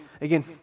again